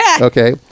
okay